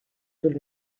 طول